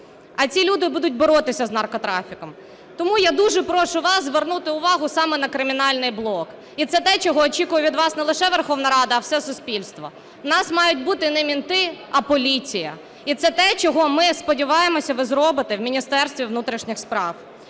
а ці люди будуть боротися з наркотрафіком. Тому я дуже прошу вас звернути увагу саме на кримінальний блок, і це те, чого очікує від вас не лише Верховна Рада, а все суспільство. У нас мають бути не "мєнти", а поліція, і це те, чого ми, сподіваємося, ви зробите в Міністерстві внутрішніх справ.